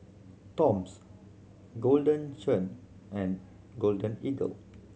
Toms Golden Churn and Golden Eagle